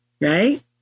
right